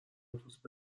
دوست